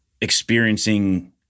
experiencing